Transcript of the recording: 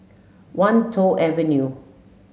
Wan Tho Avenue